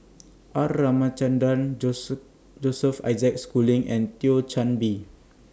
R Ramachandran Joseph Isaac Schooling and Thio Chan Bee